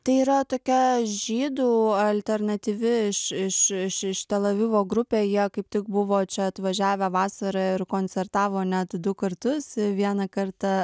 tai yra tokia žydų alternatyvi iš iš iš iš tel avivo grupė jie kaip tik buvo čia atvažiavę vasarą ir koncertavo net du kartus vieną kartą